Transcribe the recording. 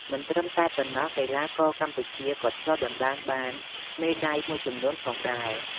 មិនត្រឹមតែប៉ុណ្ណោះ កីឡាករកម្ពុជាក៏ធ្លាប់ដណ្ដើមបានមេដាយមួយចំនួនផងដែរ។